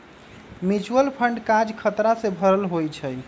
mutual fund काज़ खतरा से भरल होइ छइ